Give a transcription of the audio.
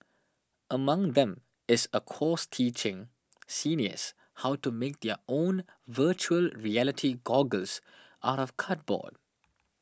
among them is a course teaching seniors how to make their own Virtual Reality goggles out of cardboard